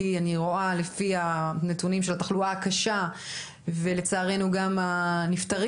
כי אני רואה לפי הנתונים של התחלואה הקשה ולצערנו גם הנפתרים,